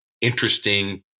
interesting